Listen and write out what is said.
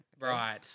Right